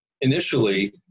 initially